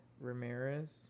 Ramirez